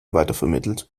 weitervermittelt